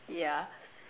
ya